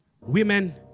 women